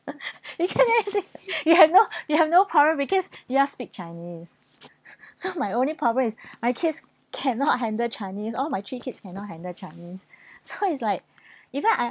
you can't help anything you have no you have no problem because they're speak chinese so my only problem is my kids cannot handle chinese all my three kids cannot handle chinese so is like even I